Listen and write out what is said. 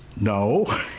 No